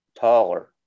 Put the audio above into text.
taller